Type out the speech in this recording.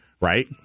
right